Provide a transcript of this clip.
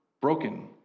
broken